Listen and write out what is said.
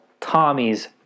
Tommy's